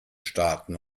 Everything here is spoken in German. starten